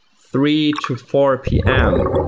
three to four pm,